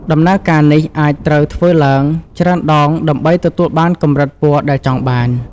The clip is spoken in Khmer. ដំណើរការនេះអាចត្រូវធ្វើឡើងច្រើនដងដើម្បីទទួលបានកម្រិតពណ៌ដែលចង់បាន។